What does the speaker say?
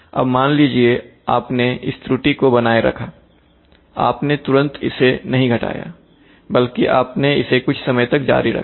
अब मान लीजिए आपने इस त्रुटि को बनाए रखा आपने तुरंत इसे नहीं घटायाबल्कि आपने इसे कुछ समय तक जारी रखा